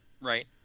Right